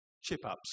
chip-ups